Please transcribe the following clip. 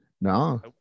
No